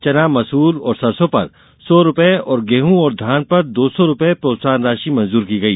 चना मसूर और सरसों पर सौ रूपये और गेह और धान पर दो सौ रूपये प्रोत्साहन राशि मंजूर की गई